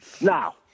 Now